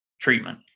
treatment